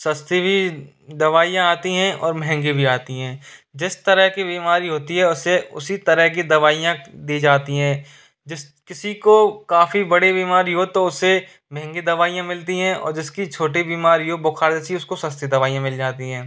सस्ती भी दवाइयाँ आती हैं और महंगे भी आती हैं जिस तरह की बीमारी होती है उसे उसी तरह की दवाइयाँ दी जाती हैं जिस किसी को काफ़ी बड़ी बीमारी हो तो उसे महंगी दवाइयाँ मिलती हैं और जिसकी छोटी बीमारी हो बुखार जैसी उसको सस्ती दवाइयाँ मिल जाती हैं